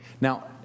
Now